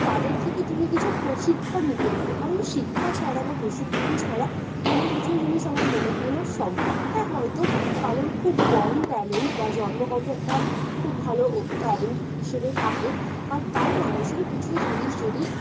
তাদের থেকে তুমি কিছু প্রশিক্ষণ নিতে পার কারণ শিক্ষা ছাড়া বা প্রশিক্ষণ ছাড়া কোনো কিছু জিনিস আমার মনে হয় না সম্ভব হ্যাঁ হয়তো কারোর খুব বর্ন ট্যালেন্ট বা জন্মগত একটা খুব ভালো ট্যালেন্ট হিসেবে থাকে বাট তাও মানুষের কিছু জিনিস যদি